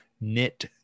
knit